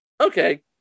Okay